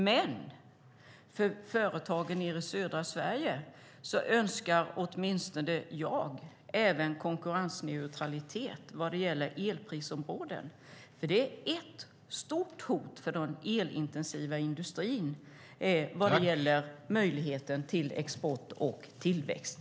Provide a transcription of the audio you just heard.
Men för företagen nere i södra Sverige önskar åtminstone jag konkurrensneutralitet även vad gäller elprisområden, för det är ett stort hot mot den elintensiva industrin vad gäller möjligheterna till export och tillväxt.